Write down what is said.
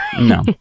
No